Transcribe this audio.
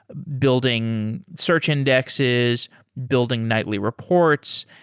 building search indexes building nightly reports.